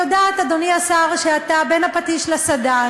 אני יודעת, אדוני השר, שאתה בין הפטיש לסדן.